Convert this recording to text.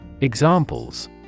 Examples